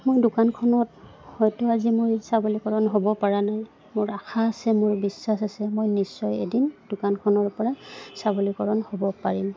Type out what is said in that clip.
মোৰ দোকানখনত হয়তো আজি মই সাবলীকৰণ হ'ব পৰা নাই মোৰ আশা আছে মোৰ বিশ্বাস আছে মই নিশ্চয় এদিন দোকানখনৰপৰা সবলীকৰণ হ'ব পাৰিম